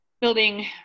building